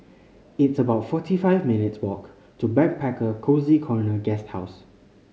it's about forty five minutes' walk to Backpacker Cozy Corner Guesthouse